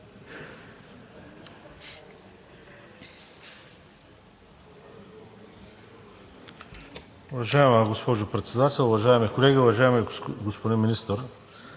Уважаема госпожо Председател, уважаеми колеги! Уважаеми господин Министър,